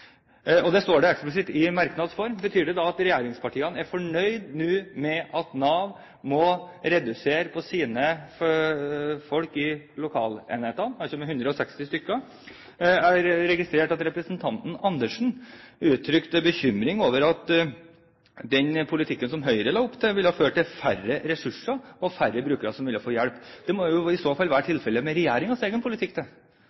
Nav, det står eksplisitt i merknads form. Betyr det at regjeringspartiene nå er fornøyde med at Nav må redusere antallet ansatte i lokalenhetene med 160 stykker? Jeg har registrert at representanten Andersen uttrykte bekymring over at den politikken som Høyre la opp til, ville ha ført til færre ressurser og til at færre brukere ville fått hjelp. Det måtte i så måte være